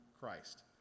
Christ